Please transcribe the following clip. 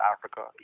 Africa